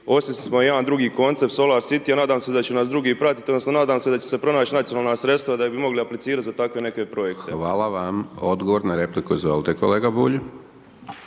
smo jedan drugi koncept solar city a nadm se da će nas drugi pratiti, odnosno nadam se da će se pronaći nacionalna sredstva, da bi mogli replicirati za takve neke projekte. **Hajdaš Dončić, Siniša (SDP)** Hvala vam. Odgovor na repliku, izvolite kolega Bulj.